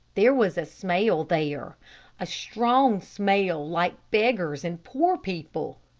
there was a smell there a strong smell like beggars and poor people.